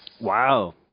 Wow